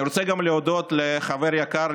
אני רוצה גם להודות לחבר יקר,